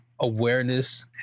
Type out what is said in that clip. awareness